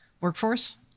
workforce